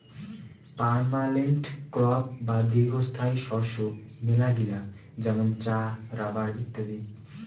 permanent crop বা দীর্ঘস্থায়ী শস্য মেলাগিলা যেমন চা, রাবার ইত্যাদি